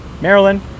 Maryland